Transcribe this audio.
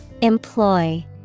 Employ